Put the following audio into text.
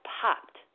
popped